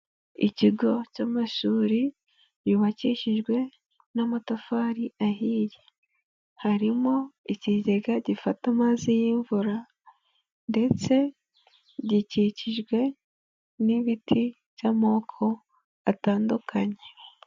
Ikigo cy'amashuri yubakishijwe n'amatafari ahiye, harimo ikigega gifata amazi y'imvura, ndetse gikikijwe n'ibiti by'amoko atandukanye.